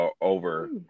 over